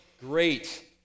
Great